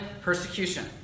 persecution